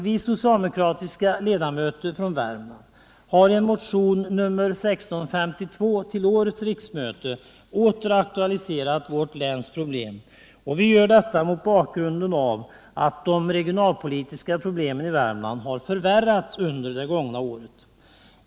Vi socialdemokratiska ledamöter från Värmland har i en motion, nr 1652 till detta riksmöte, åter aktualiserat vårt läns problem. Vi gör detta mot bakgrunden av att de regionalpolitiska problemen i Värmland har förvärrats under det gångna året.